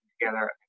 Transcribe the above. together